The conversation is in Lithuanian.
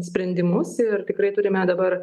sprendimus ir tikrai turime dabar